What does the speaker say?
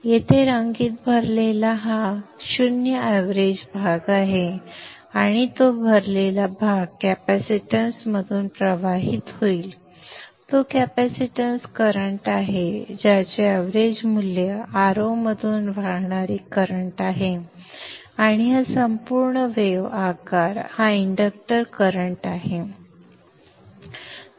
येथे रंगीत भरलेला भाग हा 0 एव्हरेज भाग आहे आणि तो भरलेला भाग कॅपॅसिटन्समधून प्रवाहित होईल तो कॅपॅसिटन्स करंट आहे ज्याचे एव्हरेज मूल्य Ro मधून वाहणारे करंट आहे आणि हा संपूर्ण वेव्ह आकार हा इंडक्टर करंट आहे